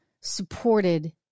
supported